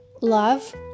Love